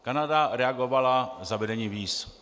Kanada reagovala zavedením víz.